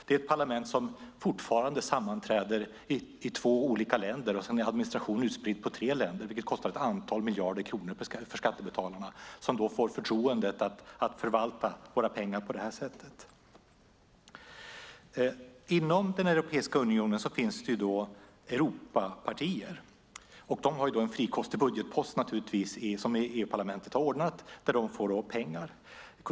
Det är ett parlament som fortfarande sammanträder i två olika länder och som har en administration utspridd på tre länder, vilket kostar ett antal miljarder kronor för skattebetalarna. Det får förtroendet att förvalta våra pengar. Inom den europeiska unionen finns det Europapartier. De har en frikostig budgetpost naturligtvis som EU-parlamentet har ordnat där de får pengar.